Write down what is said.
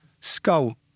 Skull